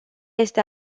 este